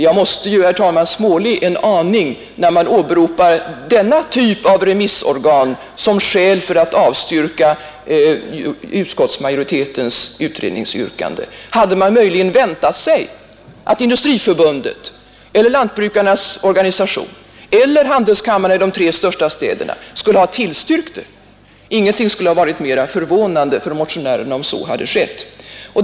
Jag måste, herr talman, småle en aning när man åberopar denna typ av remissorgan som skäl för att avstyrka utskottsmajoritetens utredningsyrkande. Hade man möjligen väntat sig att Industriförbundet eller lantbrukarnas organisation eller handelskamrarna i de tre största städerna skulle ha tillstyrkt det? Ingenting skulle ha varit mera förvånande för motionärerna än om så hade skett.